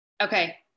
Okay